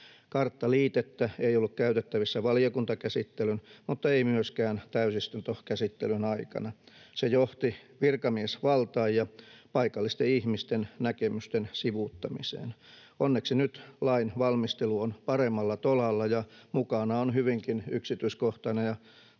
Karttaliitettä ei ollut käytettävissä valiokuntakäsittelyn mutta ei myöskään täysistuntokäsittelyn aikana. Se johti virkamiesvaltaan ja paikallisten ihmisten näkemysten sivuuttamiseen. Onneksi nyt lainvalmistelu on paremmalla tolalla ja mukana on hyvinkin yksityiskohtainen ja